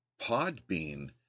Podbean